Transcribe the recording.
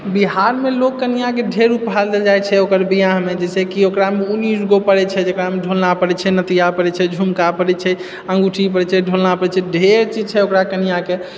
बिहारमे लोक कनियाके ढ़ेर ऊपहार देल जाइत छै ओकर वियाहमे जैसेकी ओकरा जेकरामे ढ़ोलना पड़ैछै नथिया पड़ैछै झुमका पड़ै छै अंगूठी पड़ै छै ढ़ोलना पड़ै छै ढ़ेर चीज छै ओकरा कनियाँ के